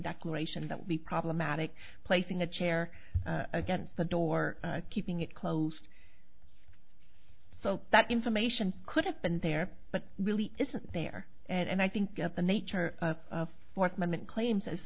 declaration that would be problematic placing a chair against the door keeping it closed so that information could have been there but really isn't there and i think that the nature of fourth amendment claims as